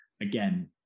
Again